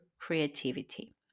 creativity